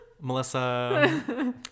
Melissa